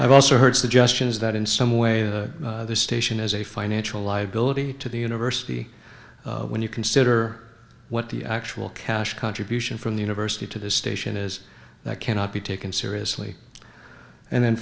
i've also heard suggestions that in some ways the station is a financial liability to the university when you consider what the actual cash contribution from the university to the station is that cannot be taken seriously and then